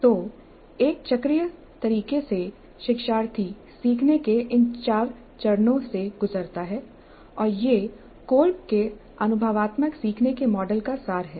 तो एक चक्रीय तरीके से शिक्षार्थी सीखने के इन 4 चरणों से गुजरता है और यही कोल्ब के अनुभवात्मक सीखने के मॉडल का सार है